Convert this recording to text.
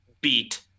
beat